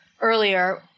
earlier